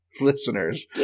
listeners